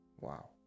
Wow